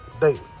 daily